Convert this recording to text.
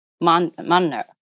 manner